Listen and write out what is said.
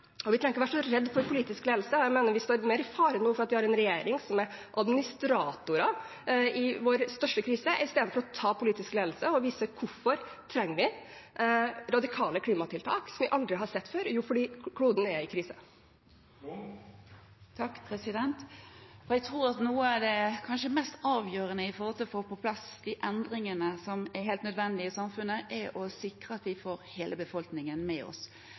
krise, vi trenger ikke være så redde for politisk ledelse. Jeg mener vi står i større fare nå fordi vi har en regjering som er administratorer i vår største krise i stedet for å ta politisk ledelse og vise hvorfor vi trenger radikale klimatiltak – som vi aldri har sett før – fordi kloden er i krise. Jeg tror at noe av det kanskje mest avgjørende for å få på plass de endringene som er helt nødvendige i samfunnet, er å sikre at hele befolkningen er med oss.